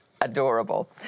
adorable